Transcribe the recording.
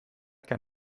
kein